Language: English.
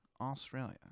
Australia